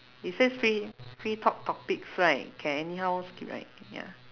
it says free free talk topics right can anyhow skip right ya